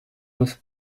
with